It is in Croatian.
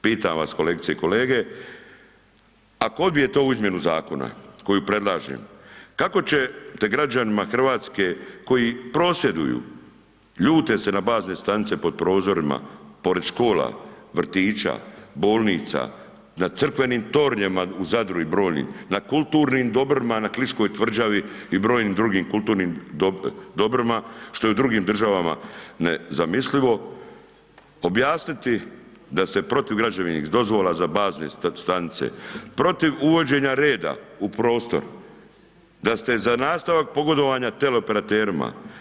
Pitam vas kolegice i kolege, ako odbijete ovu izmjenu zakona koju predlažem kako ćete građanima RH koji prosvjeduju, ljute se na bazne stanice pod prozorima, pored škola, vrtića, bolnica, na crkvenim tornjevima u Zadru i brojnim, na kulturnim dobrima na Kliškoj tvrđavi i brojnim drugim kulturnim dobrima što je u drugim državama nezamislivo objasniti da ste protiv građevnih dozvola za bazne stanice, protiv uvođenja rade u prostor, da ste za nastavak pogodovanja teleoperaterima.